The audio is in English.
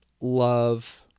love